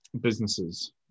businesses